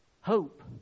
hope